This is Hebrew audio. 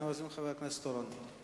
אני מזמין את חבר הכנסת אורון.